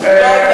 ה"חמאס"?